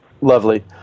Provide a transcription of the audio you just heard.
Lovely